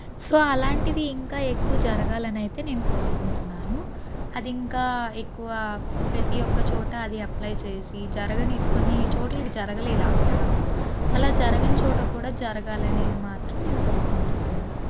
so అలాంటిది ఇంకా ఎక్కువ జరగాలని అయితే నేను కోరుకుంటున్నాను అది ఇంకా ఎక్కువ ప్రతి ఒక్క చోట అది అప్లై చేసి జరగని కొన్ని చోట్ల జరగలేదు ఆ క్యాంపు అలా జరగని చోట కూడా జరగాలని మాత్రం నేను కోరుకుంటున్నాను